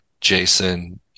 Jason